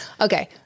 Okay